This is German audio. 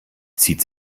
zieht